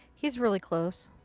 he's really close.